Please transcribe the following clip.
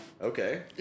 Okay